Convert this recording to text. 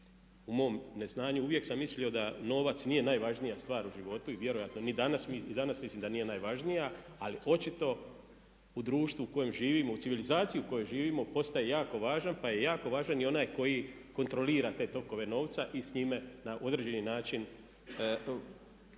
U mom neznanju uvijek sam mislio da novac nije najvažnija stvar u životu i vjerojatno i danas mislim da nije najvažnija, ali očito u društvu u kojem živimo, u civilizaciji u kojoj živimo postaje jako važan, pa je jako važan i onaj koji kontrolira te tokove novca i s njime na određeni način